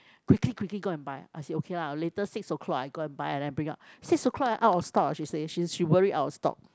quickly quickly go and buy I said okay lah later six o'clock I go and buy and then bring up six o-clock then out of stock she say worried out of stock